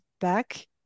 back